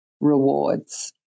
rewards